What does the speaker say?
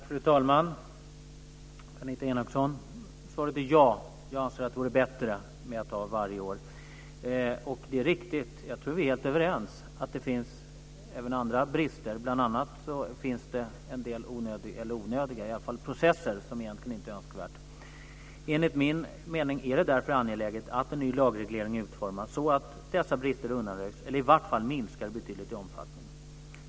Fru talman! Svaret är ja. Jag anser att det vore bättre att reglera det varje år. Det är riktigt - jag tror att vi är överens - att det finns även andra brister, bl.a. en del processer som inte är önskvärda. Enligt min mening är det därför angeläget att en ny lagreglering utformas, så att dessa brister undanröjs eller i varje fall minskar i omfattning.